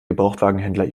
gebrauchtwagenhändler